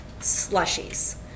slushies